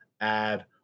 add